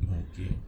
okay